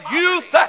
youth